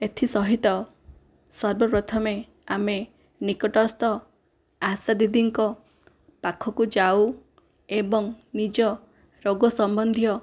ଏଥିସହିତ ସର୍ବପ୍ରଥମେ ଆମେ ନିକଟସ୍ଥ ଆଶା ଦିଦିଙ୍କ ପାଖକୁ ଯାଉ ଏବଂ ନିଜ ରୋଗ ସମ୍ବନ୍ଧୀୟ